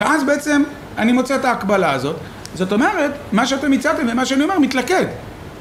‫ואז בעצם אני מוצא את ההקבלה הזאת. ‫זאת אומרת, מה שאתם הצעתם ומה שאני אומר, מתלכד.